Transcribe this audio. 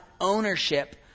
ownership